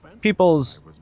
people's